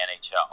NHL